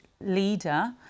leader